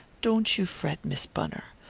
don't you fret, miss gunner.